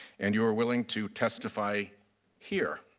and you are willing to testify here.